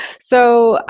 so